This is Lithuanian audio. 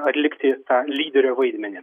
atlikti lyderio vaidmenį